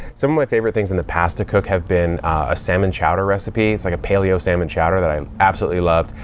some of my favorite things in the past to cook have been a salmon chowder recipe. it's like a paleo salmon chowder that i absolutely love.